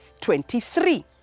23